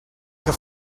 que